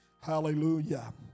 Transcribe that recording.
Hallelujah